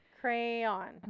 Crayon